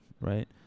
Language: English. right